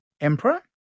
emperor